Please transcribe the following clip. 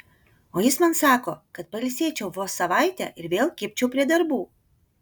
o jis man sako kad pailsėčiau vos savaitę ir vėl kibčiau prie darbų